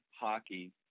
hockey